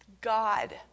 God